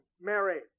Mary